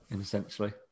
essentially